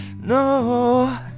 No